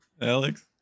Alex